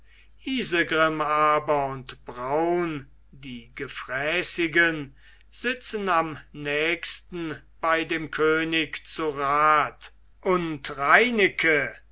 isegrim aber und braun die gefräßigen sitzen am nächsten bei dem könig zu rat und reineke